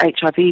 HIV